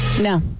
No